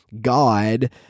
God